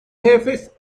jefes